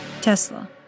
Tesla